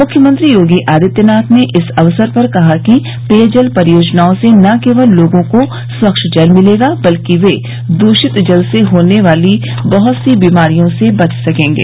मुख्यमंत्री योगी आदित्यनाथ ने इस अवसर पर कहा कि पेयजल परियोजनाओं से न केवल लोगों को स्वच्छ जल मिलेगा बल्कि वे दूषित जल से होने वाली बहुत सी बीमारियों से बच सकेंगे